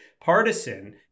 partisan